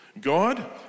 God